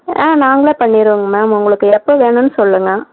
ஆ நாங்களே பண்ணிருவோங்க மேம் உங்களுக்கு எப்போ வேணும்ன்னு சொல்லுங்கள்